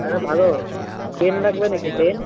আরে ভালো পেন লাগবে নাকি পেন